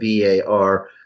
VAR